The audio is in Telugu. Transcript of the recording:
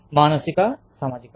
మానసిక సామాజిక